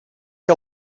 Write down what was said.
que